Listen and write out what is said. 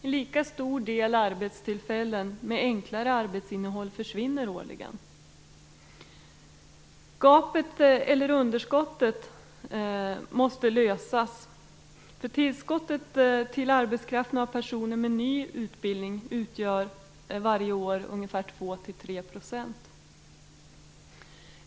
En lika stor del arbetstillfällen med enklare arbetsinnehåll försvinner årligen. Gapet eller underskottet måste tas bort. Tillskottet till arbetskraften av personer med ny utbildning utgör varje år 2-3 %.